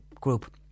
group